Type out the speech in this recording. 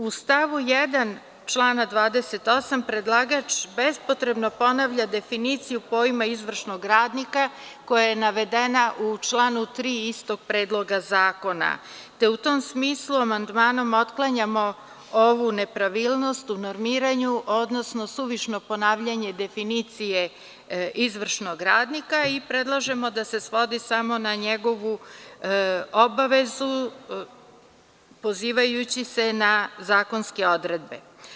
U stavu 1. člana 28. predlagač bespotrebno ponavlja definiciju pojma izvršnog radnika, koja je navedena u članu 3. istog Predloga zakona, te u tom smislu amandmanom otklanjamo ovu nepravilnost u normiranju, odnosno suvišno ponavljanje definicije izvršnog radnika i predlažemo da se svodi samo na njegovu obavezu, pozivajući se na zakonske odredbe.